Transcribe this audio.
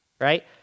right